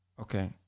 Okay